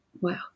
Wow